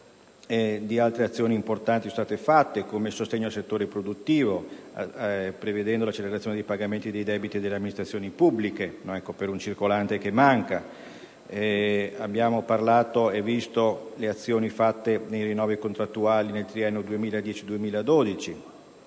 di altre azioni importanti compiute, come il sostegno al settore produttivo, prevedendo l'accelerazione dei pagamenti dei debiti delle amministrazioni pubbliche per un circolante che manca. Abbiamo visto le azioni intraprese nei rinnovi contrattuali nel triennio 2010-2012;